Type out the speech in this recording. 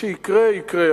כשיקרה, יקרה.